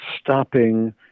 stopping